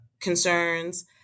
concerns